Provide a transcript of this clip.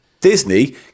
Disney